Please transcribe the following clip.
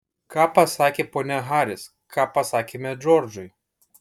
ką pasakė ponia haris ką pasakėme džordžui